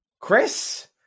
Chris